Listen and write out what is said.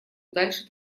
дальше